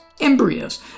embryos